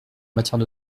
matière